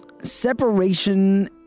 Separation